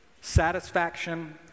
satisfaction